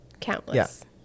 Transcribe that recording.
countless